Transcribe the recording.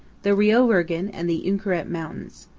the rio virgen and the uinkaret mountains.